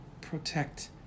protect